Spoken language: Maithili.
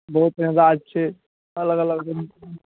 बहुत एहन राज्य छै अलग अलग